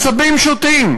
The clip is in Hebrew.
עשבים שוטים.